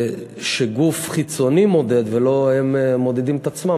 שגוף חיצוני מודד ולא הם מודדים את עצמם,